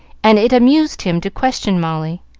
and it amused him to question molly.